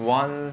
one